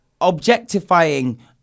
objectifying